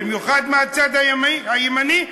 במיוחד מהצד הימני,